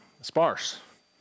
sparse